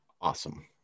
awesome